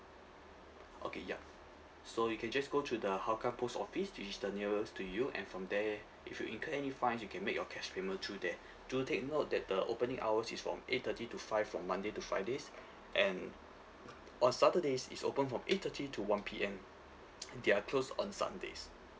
okay ya so you can just go to the hougang post office which is the nearest to you and from there if you incur any fines you can make your cash payment through there do take note that the opening hours is from eight thirty to five from monday to fridays and on saturdays it's open from eight thirty to one P_M they're closed on sundays